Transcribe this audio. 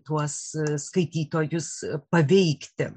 tuos skaitytojus paveikti